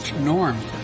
norm